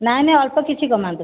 ନାଇଁ ନାଇଁ ଅଳ୍ପ କିଛି କମାନ୍ତୁ